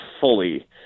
fully